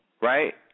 Right